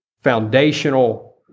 foundational